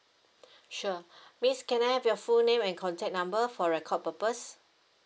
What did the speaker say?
sure miss can I have your full name and contact number for record purpose